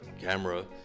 camera